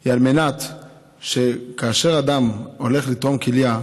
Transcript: הוא שכאשר אדם הולך לתרום כליה,